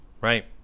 right